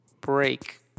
break